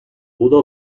pudo